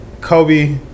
Kobe